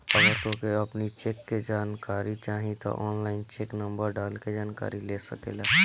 अगर तोहके अपनी चेक के जानकारी चाही तअ ऑनलाइन चेक नंबर डाल के जानकरी ले सकेला